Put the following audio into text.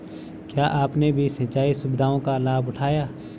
क्या आपने भी सिंचाई सुविधाओं का लाभ उठाया